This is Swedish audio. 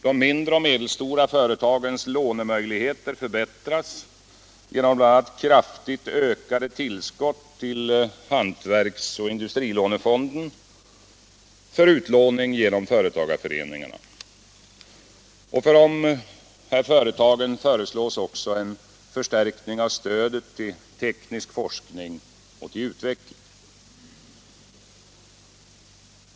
De mindre och medelstora företagens lånemöjligheter förbättras genom bl.a. kraftigt ökade tillskott till hantverks och industrilånefonden för utlåning genom företagarföreningarna. För dessa företag föreslås också en förstärkning av stödet till teknisk forskning och utveckling.